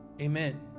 Amen